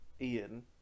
Ian